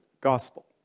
gospel